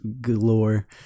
galore